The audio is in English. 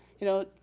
you know,